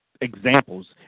examples